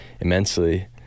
immensely